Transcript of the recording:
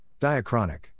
Diachronic